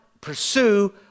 pursue